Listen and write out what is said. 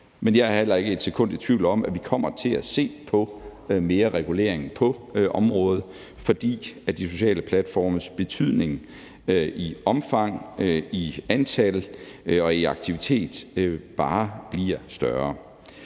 og jeg er heller ikke et sekund i tvivl om, at vi kommer til at se på mere regulering på området, fordi de sociale platformes betydning i omfang, i antal og i aktivitet bare bliver større.